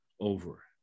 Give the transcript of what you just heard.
over